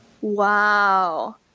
Wow